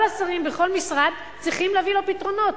כל השרים בכל משרד צריכים להביא לו פתרונות,